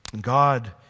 God